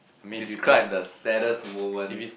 describe the saddest moment